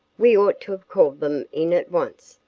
we ought to have called them in at once,